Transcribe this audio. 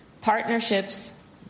Partnerships